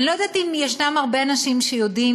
אני לא יודעת אם יש הרבה אנשים שיודעים